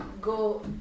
go